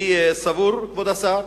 אני סבור, כבוד השר,